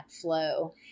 flow